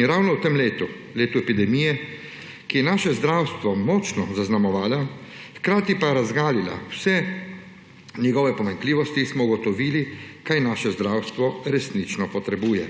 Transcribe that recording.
in ravno v tem letu, letu epidemije, ki je naše zdravstvo močno zaznamovala, hkrati pa razgalila vse njegove pomanjkljivosti, smo ugotovili, kaj naše zdravstvo resnično potrebuje.